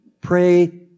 Pray